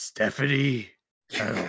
Stephanie